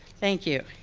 thank you.